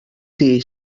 dir